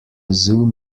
zoom